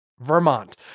Vermont